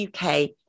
UK